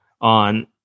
on